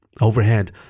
Overhead